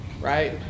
right